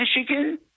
michigan